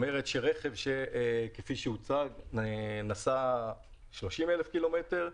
אם רכב נסע 30,000 קילומטר,